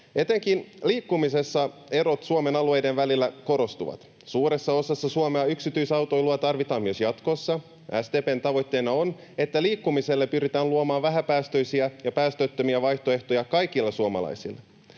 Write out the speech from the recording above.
Etenkin liikkumisessa erot Suomen alueiden välillä korostuvat. Suuressa osassa Suomea yksityisautoilua tarvitaan myös jatkossa. SDP:n tavoitteena on, että liikkumiselle pyritään luomaan vähäpäästöisiä ja päästöttömiä vaihtoehtoja kaikille suomalaisille.